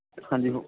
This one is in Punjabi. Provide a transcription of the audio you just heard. ਹਾਂਜੀ